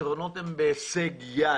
הפתרונות הם בהישג יד.